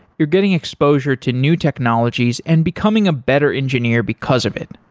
you're getting exposure to new technologies and becoming a better engineer because of it.